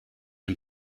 him